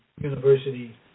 University